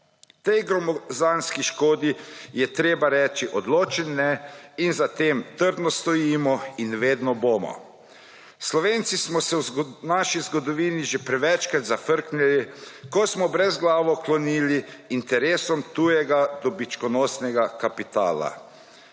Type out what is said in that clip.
Tej gromozanski škodi je treba reči odločen »ne«, za tem trdno stojimo in vedno bomo. Slovenci smo se v svoji zgodovini že prevečkrat zafrknili, ko smo brezglavo klonili interesom tujega dobičkonosnega kapitala.